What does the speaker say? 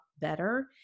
better